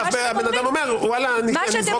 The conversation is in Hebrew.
הבן אדם אומר שהוא יזרוק את --- מה שאתם